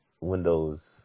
Windows